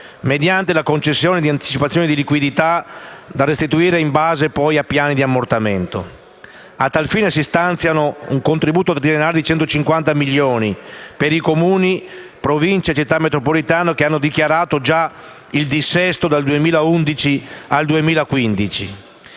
mediante la concessione di anticipazioni di liquidità da restituire in base a piani di ammortamento. A tal fine viene stanziato un contributo triennale di 150 milioni per i Comuni, le Province e le Città metropolitane che hanno dichiarato il dissesto dal 2011 al 2015,